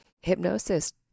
Hypnosis